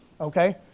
okay